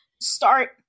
start